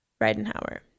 Reidenhauer